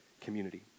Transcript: community